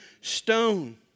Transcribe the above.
stone